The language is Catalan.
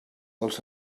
els